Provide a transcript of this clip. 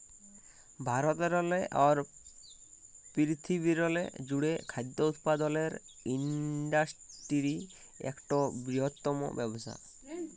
ভারতেরলে আর পিরথিবিরলে জ্যুড়ে খাদ্য উৎপাদলের ইন্ডাসটিরি ইকট বিরহত্তম ব্যবসা